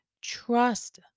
trust